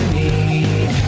need